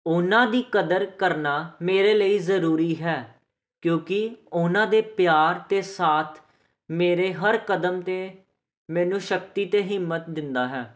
ਉਹਨਾਂ ਦੀ ਕਦਰ ਕਰਨਾ ਮੇਰੇ ਲਈ ਜ਼ਰੂਰੀ ਹੈ ਕਿਉਂਕਿ ਉਹਨਾਂ ਦੇ ਪਿਆਰ ਅਤੇ ਸਾਥ ਮੇਰੇ ਹਰ ਕਦਮ 'ਤੇ ਮੈਨੂੰ ਸ਼ਕਤੀ ਅਤੇ ਹਿੰਮਤ ਦਿੰਦਾ ਹੈ